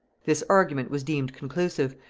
this argument was deemed conclusive,